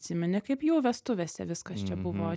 atsimeni kaip jų vestuvėse viskas čia buvo